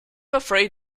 afraid